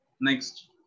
Next